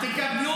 דקה, מירב.